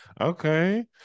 Okay